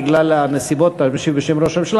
בגלל הנסיבות שאתה משיב בשם ראש הממשלה,